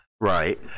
Right